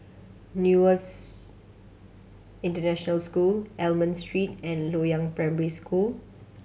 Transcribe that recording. Nexus International School Almond Street and Loyang Primary School